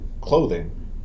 clothing